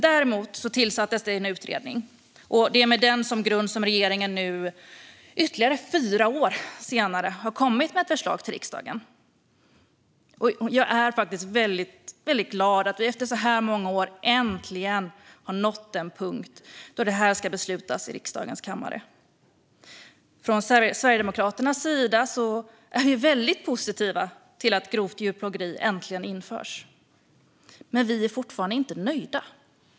Däremot tillsattes en utredning, och det är med den som grund som regeringen nu - ytterligare fyra år senare - har kommit med ett förslag till riksdagen. Jag är faktiskt väldigt glad att vi efter så många år äntligen har nått den punkt då det här ska beslutas i riksdagens kammare. Från Sverigedemokraternas sida är vi väldigt positiva till att brottet grovt djurplågeri äntligen införs, men vi är fortfarande inte nöjda.